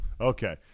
Okay